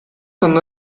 son